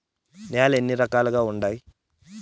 నేలలు ఎన్ని రకాలు వుండాయి?